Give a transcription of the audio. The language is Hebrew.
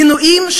מינויים,